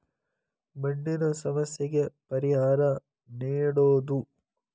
ಮಣ್ಣಿನ ಸಮಸ್ಯೆಗೆ ಪರಿಹಾರಾ ನೇಡುದು